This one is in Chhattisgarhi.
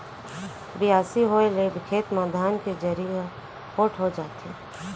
बियासी होए ले खेत म धान के जरी ह पोठ हो जाथे